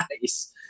nice